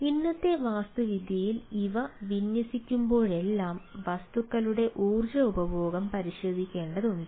അതിനാൽ ഇന്നത്തെ വാസ്തുവിദ്യയിൽ ഇവ വിന്യസിക്കുമ്പോഴെല്ലാം വസ്തുക്കളുടെ ഊർജ്ജ ഉപഭോഗം പരിശോധിക്കേണ്ടതുണ്ട്